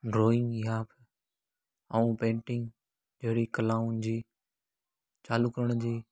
drawing या ऐं painting जहिड़ी कलाऊं जी चालू करण जी